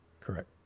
correct